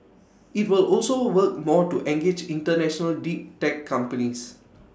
IT will also work more to engage International deep tech companies